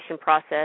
process